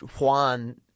Juan